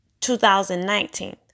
2019